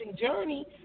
journey